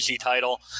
title